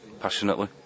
passionately